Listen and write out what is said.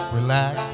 relax